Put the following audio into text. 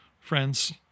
Friends